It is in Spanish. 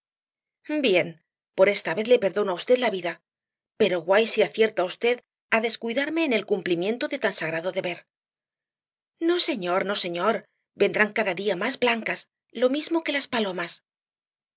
bien por esta vez le perdono á v la vida pero guay si acierta v á descuidarse en el cumplimiento de tan sagrado deber no señor no señor vendrán cada día más blancas lo mismo que palomas